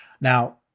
Now